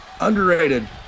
Underrated